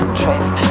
trip